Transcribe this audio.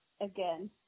Again